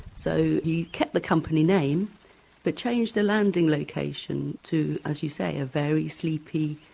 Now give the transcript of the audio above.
so he kept the company name but changed the landing location to, as you say, a very sleepy,